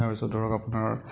তাৰপিছত আৰু আপোনাৰ